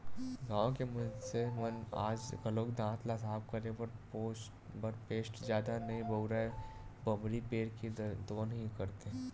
गाँव के मनसे मन आज घलोक दांत ल साफ करे बर बरस पेस्ट जादा नइ बउरय बमरी पेड़ के दतवन ही करथे